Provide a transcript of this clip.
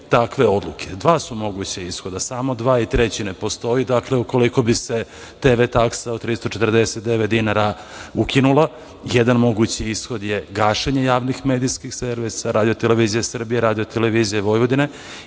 takve odluke. Dva su moguća ishoda, samo dva i treći ne postoji. Dakle, ukoliko bi se TV taksa od 349 dinara ukinula, jedan mogući ishod je gašenje javnih medijskih servisa RTS i RTV i drugi mogući ishod je